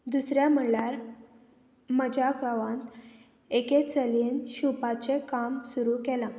दुसरें म्हणल्यार म्हज्या गांवांत एकेच चलयेन शिवपाचें काम सुरू केलां